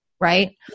Right